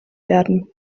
werden